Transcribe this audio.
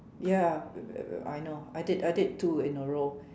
ya well well well I know I did two in a row